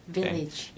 Village